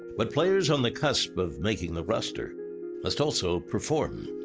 but players on the cusp of making the roster must also perform.